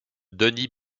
denis